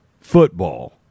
football